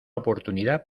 oportunidad